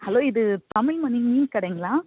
hello இது தமிழ் மணி மீன் கடைங்களா